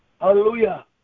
Hallelujah